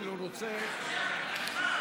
החוק.